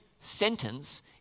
sentence